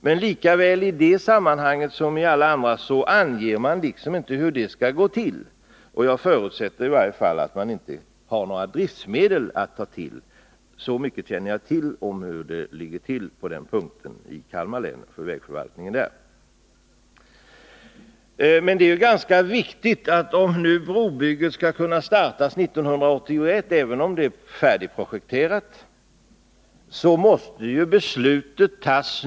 Men liksom i alla andra sammanhang anger man inte hur det skall gå till. Jag förutsätter i alla fall att man inte har några driftmedel att ta av — så mycket vet jag om hur det ligger till på den punkten när det gäller vägförvaltningen i Kalmar län. Men om nu brobygget skall kunna startas 1981, så måste beslutet fattas nu, även om bygget är färdigprojekterat.